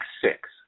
six